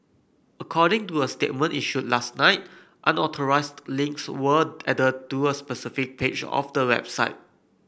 according to a statement issued last night unauthorised links were added to a specific page of the website